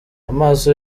amaso